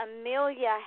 Amelia